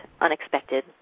unexpected